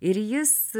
ir jis